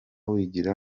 wigira